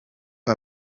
aba